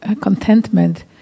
contentment